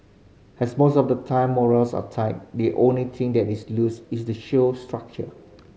as most of the time morals are tight the only thing that is loose is the show's structure